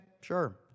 sure